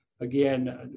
Again